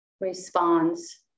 responds